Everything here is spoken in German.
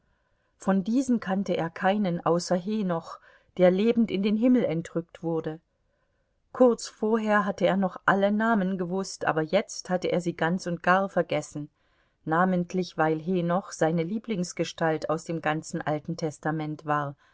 von diesen kannte er keinen außer henoch der lebend in den himmel entrückt wurde kurz vorher hatte er noch alle namen gewußt aber jetzt hatte er sie ganz und gar vergessen namentlich weil henoch seine lieblingsgestalt aus dem ganzen alten testament war